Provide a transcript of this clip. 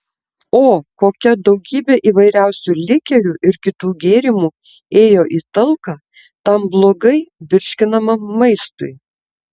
o kokia daugybė įvairiausių likerių ir kitų gėrimų ėjo į talką tam blogai virškinamam maistui